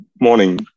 morning